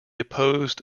opposed